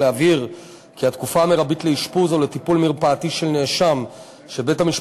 ולהבהיר כי התקופה המרבית לאשפוז או לטיפול מרפאתי של נאשם שבית-המשפט